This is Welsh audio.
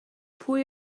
pwy